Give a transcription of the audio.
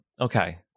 Okay